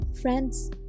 Friends